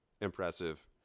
impressive